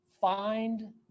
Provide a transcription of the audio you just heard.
find